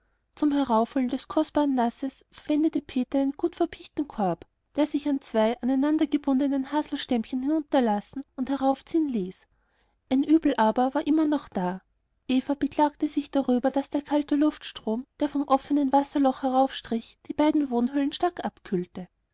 zum heraufholen des kostbaren nasses verwendete peter einen gut verpichten korb der sich an zwei aneinandergebundenen haselstämmchen hinunterlassen und heraufziehen ließ ein übel aber war immer noch da eva beklagte sich darüber daß der kalte luftstrom der vom offenen wasserloch heraufstrich beide wohnhöhlen stark abkühlte